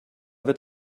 wird